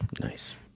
Nice